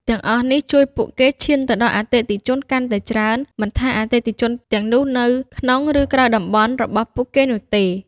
ទាំងអស់នេះ ជួយពួកគេឈានទៅដល់អតិថិជនកាន់តែច្រើន មិនថាអតិថិជនទាំងនោះនៅ ក្នុង ឬក្រៅតំបន់ របស់ពួកគេនោះទេ។